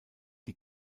die